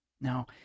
Now